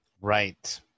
Right